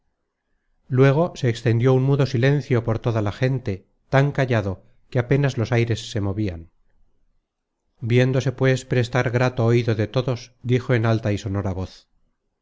luego se extendió un mudo silencio por toda la gente tan callado que apenas los aires se movian viéndose pues prestar grato oido de todos dijo en alta y sonora voz